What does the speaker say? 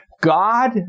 God